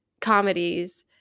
comedies